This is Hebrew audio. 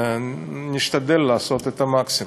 ונשתדל לעשות את המקסימום.